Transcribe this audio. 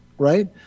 Right